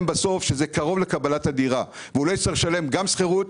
בסוף כשזה קרוב לקבלת הדירה והוא לא יצטרך לשלם גם שכירות,